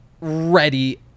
ready